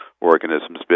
organisms